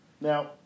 Now